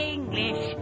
English